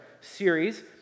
series